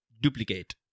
duplicate